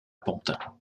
pantin